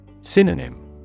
Synonym